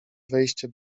wejście